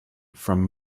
from